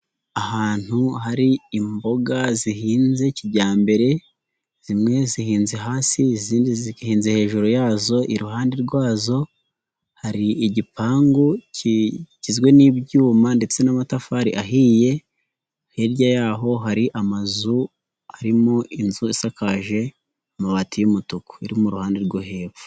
Ahantu hari imboga zihinze kijyambere, zimwe zihinze hasi izindi zihinze hejuru yazo, iruhande rwazo hari igipangu kigizwe n'ibyuma ndetse n'amatafari ahiye, hirya yaho hari amazu arimo inzu isakaje amabati y'umutuku iri mu ruhande rwo hepfo.